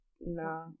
No